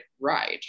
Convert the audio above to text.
right